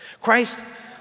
Christ